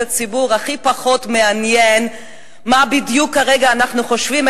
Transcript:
את הציבור הכי פחות מעניין מה בדיוק כרגע אנחנו חושבים.